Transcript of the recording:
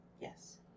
Yes